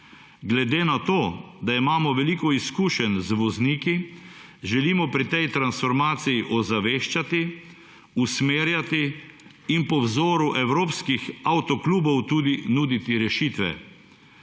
Glede na to, da imamo veliko izkušenj z vozniki želimo pri tej transformaciji ozaveščati, usmerjati in po vzoru evropskih avto klubov tudi nuditi rešitve,